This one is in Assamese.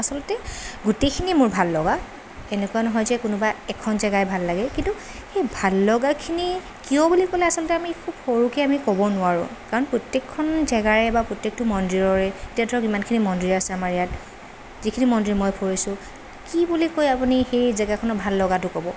আচলতে গোটেইখিনিয়েই মোৰ ভাল লগা এনেকুৱা নহয় যে কোনোবা এখন জেগায়ে ভাল লাগে কিন্তু সেই ভাল লগাখিনি কিয় বুলি ক'লে আচলতে আমি খুউব সৰুকে আমি ক'ব নোৱাৰোঁ কাৰণ প্ৰত্যেকখন জেগাৰে বা প্ৰত্যেকটো মন্দিৰৰে এতিয়া ধৰক ইমানখিনি মন্দিৰ আছে আমাৰ ইয়াত যিখিনি মন্দিৰ মই ফুৰিছোঁ কি বুলি কৈ আপুনি সেই জেগাখনৰ ভাল লগাটো ক'ব